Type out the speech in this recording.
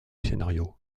scénario